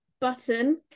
Button